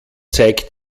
zeigt